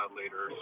later